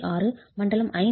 6 மண்டலம் 5 2